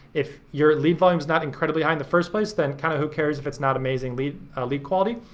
if your lead volume is not incredibly high in the first place then kinda who cares if it's not amazing lead lead quality.